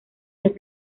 los